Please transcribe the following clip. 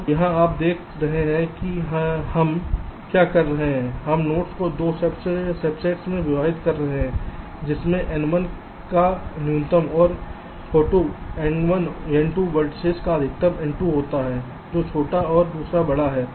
तो यहाँ आप देख रहे हैं कि हम क्या कर रहे हैं हम नोड को 2 सबसेट में विभाजित कर रहे हैं जिसमें n1 का न्यूनतम और फोटोn1 n2 वेर्तिसेस का अधिकतम n2 होते हैं जो छोटा और दूसरा बड़ा हैं